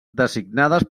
designades